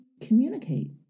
communicate